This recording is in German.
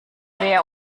wer